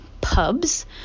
pubs